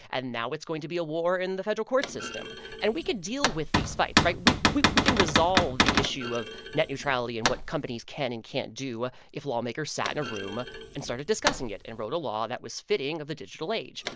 and now it's going to be a war in the federal court system and we could deal with these fights, right? we we can resolve the issue of net neutrality and what companies can and can't do ah if lawmakers sat in a room and started discussing it and wrote a law that was fitting of the digital age.